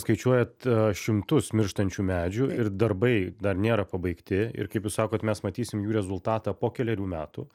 skaičiuojat šimtus mirštančių medžių ir darbai dar nėra pabaigti ir kaip jūs sakot mes matysim jų rezultatą po kelerių metų